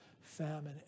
famine